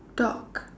dog